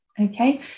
Okay